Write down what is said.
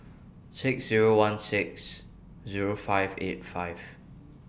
six Zero one six Zero five eight five